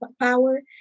power